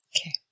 Okay